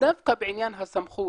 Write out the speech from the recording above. דווקא בעניין הסמכות,